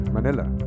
Manila